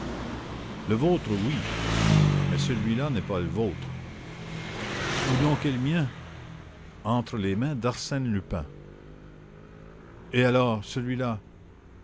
le vôtre oui mais celui-là n'est pas le vôtre où donc est le mien entre les mains d'arsène lupin et alors celui-là